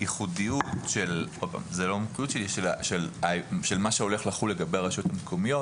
הייחודיות של מה שהולך לחול על הרשויות המקומיות.